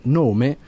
nome